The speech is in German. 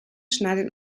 schneidet